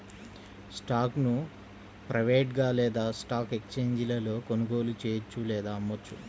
స్టాక్ను ప్రైవేట్గా లేదా స్టాక్ ఎక్స్ఛేంజీలలో కొనుగోలు చెయ్యొచ్చు లేదా అమ్మొచ్చు